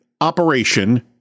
operation